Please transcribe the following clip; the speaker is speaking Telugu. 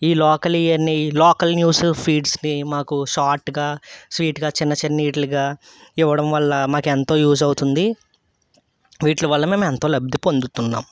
ఈ లోకల్ ఇవన్నీ లోకల్ న్యూసు ఫీడ్స్ని మాకు షార్ట్గా స్వీట్గా చిన్న చిన్న వాటిగా ఇవ్వడం వల్ల మాకు ఎంతో యూస్ అవుతుంది వీట్లవల్ల మేము ఎంతో లబ్ధి పొందుతున్నాం